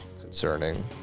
concerning